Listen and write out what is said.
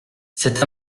cet